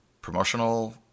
promotional